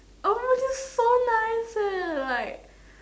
oh my this is so nice leh like